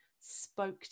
spoke